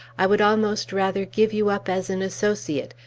i would almost rather give you up as an associate,